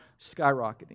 skyrocketing